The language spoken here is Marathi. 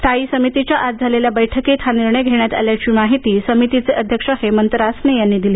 स्थायी समितीच्या आज झालेल्या बैठकीत हा निर्णय घेण्यात आल्याची माहिती समितीचे अध्यक्ष हेमंत रासने यांनी दिली